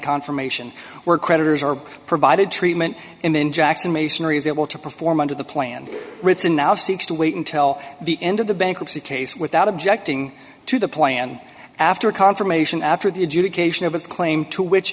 confirmation where creditors are provided treatment and then jackson masonry is able to perform under the plan routes and now seems to wait until the end of the bankruptcy case without objecting to the plan after confirmation after the adjudication of a claim to which